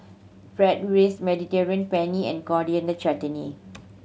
Bratwurst Mediterranean Penne and Coriander Chutney